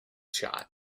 shot